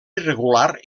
irregular